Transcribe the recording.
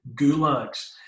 gulags